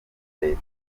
leta